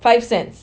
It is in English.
five cents